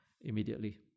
immediately